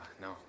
no